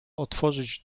otworzyć